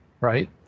right